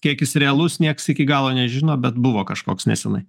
kiek jis realus nieks iki galo nežino bet buvo kažkoks nesenai